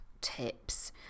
tips